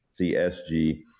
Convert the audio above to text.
CSG